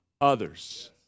others